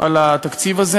על התקציב הזה.